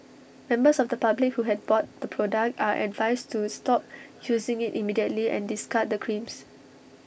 members of the public who have bought the product are advised to stop using IT immediately and discard the creams